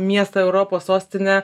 miestą europos sostinę